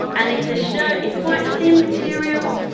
and it's a shirt, it's quite thin material,